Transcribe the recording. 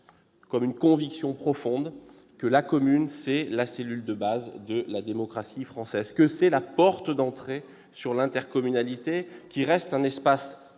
avons la conviction profonde que la commune est la cellule de base de la démocratie française et la porte d'entrée vers l'intercommunalité, laquelle doit rester un espace